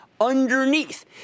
underneath